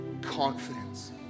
confidence